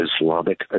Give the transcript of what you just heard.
Islamic